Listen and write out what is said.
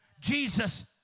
Jesus